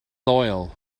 loyal